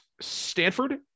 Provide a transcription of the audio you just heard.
Stanford